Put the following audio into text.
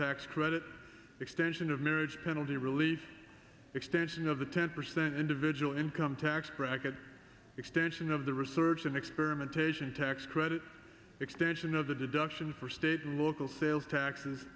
tax credit extension of marriage penalty relief extension of the ten percent individual income tax bracket extension of the research and experimentation tax credit extension of the deduction for state and local sales taxes